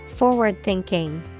Forward-thinking